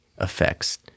effects